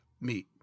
meet